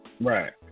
Right